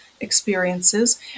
experiences